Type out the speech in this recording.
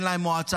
אין להם מועצה,